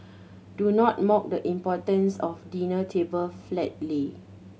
do not mock the importance of dinner table flat lay